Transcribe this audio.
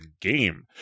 game